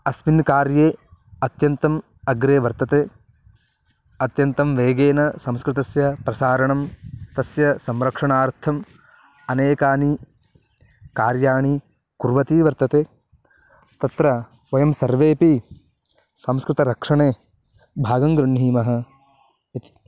अस्मिन् कार्ये अत्यन्तम् अग्रे वर्तते अत्यन्तं वेगेन संस्कृतस्य प्रसारणं तस्य संरक्षणार्थम् अनेकानि कार्याणि कुर्वन्ति वर्तते तत्र वयं सर्वेपि संस्कृतरक्षणे भागं गृह्णामः इति